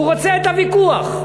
הוא רוצה את הוויכוח.